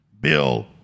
Bill